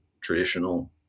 traditional